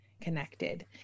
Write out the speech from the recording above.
connected